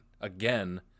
again